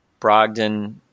Brogdon